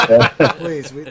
please